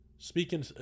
Speaking